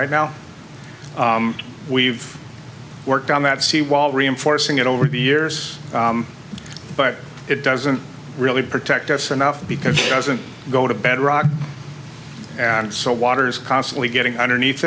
right now we've worked on that seawall reinforcing it over the years but it doesn't really protect us enough because it doesn't go to bed rock and so water's constantly getting underneath